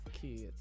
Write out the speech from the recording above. Kids